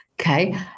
Okay